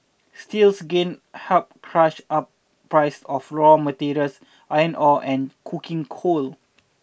steel's gain helped push up prices of raw materials iron ore and coking coal